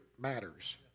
matters